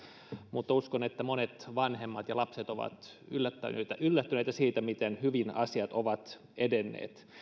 mutta uskon että monet vanhemmat ja lapset ovat yllättyneitä yllättyneitä siitä miten hyvin asiat ovat edenneet